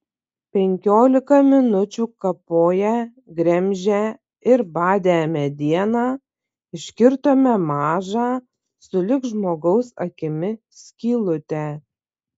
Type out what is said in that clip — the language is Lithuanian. penkiolika minučių kapoję gremžę ir badę medieną iškirtome mažą sulig žmogaus akimi skylutę